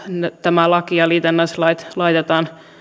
tämä laki ja liitännäislait laitetaan